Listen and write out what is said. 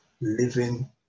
Living